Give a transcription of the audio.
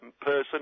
person